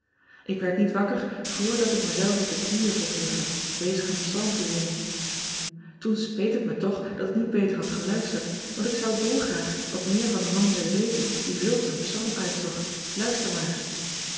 k word niet wakker voordat ik mezelf op de knieën vond liggen bezig een psalm te zingen oen speet het me toch dat ik niet beter had geluisterd want ik zou dolgraag wat meer van den man willen weten die zulk een psalm uitzocht uister maar